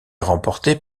remportée